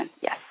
Yes